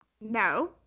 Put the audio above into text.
No